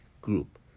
group